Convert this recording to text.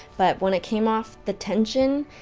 but when it came off the tension,